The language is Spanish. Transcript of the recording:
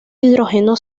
hidrógeno